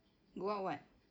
go out what